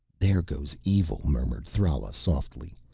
there goes evil, murmured thrala softly.